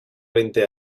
veinte